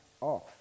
off